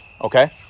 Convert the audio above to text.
Okay